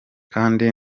kandi